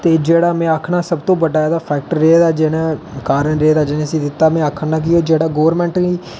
ते जेहड़ा में आखना सब तूं बड्डा एहदा फैक्टर रेहा दा जेहड़ा काऱण रेहा दे जिसी मे आखना कि जेहड़ा गवर्नमैंट गी